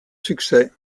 succès